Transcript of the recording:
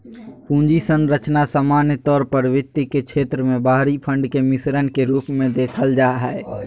पूंजी संरचना सामान्य तौर पर वित्त के क्षेत्र मे बाहरी फंड के मिश्रण के रूप मे देखल जा हय